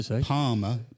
Palmer